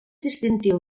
distintiu